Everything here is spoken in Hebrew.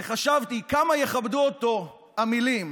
וחשבתי כמה יכבדו אותו המילים